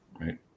Right